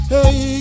Hey